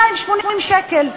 280 שקל.